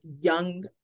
young